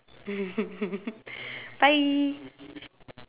bye